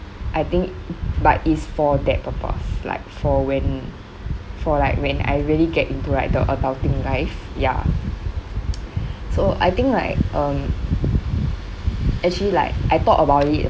I think but it's for that purpose like for when for like when I really get into like the adulting life ya so I think like um actually like I thought about it